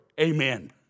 Amen